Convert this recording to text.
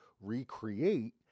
recreate